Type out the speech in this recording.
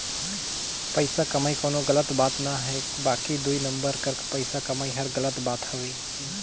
पइसा कमई कोनो गलत बात ना हे बकि दुई नंबर कर पइसा कमई हर गलत बात हवे